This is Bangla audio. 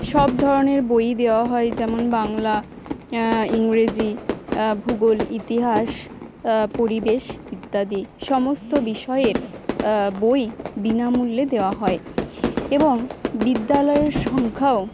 সব ধরনের বই দেওয়া হয় যেমন বাংলা ইংরেজি ভূগোল ইতিহাস পরিবেশ ইত্যাদি সমস্ত বিষয়ের বই বিনামূল্যে দেওয়া হয় এবং বিদ্যালয়ের সংখ্যাও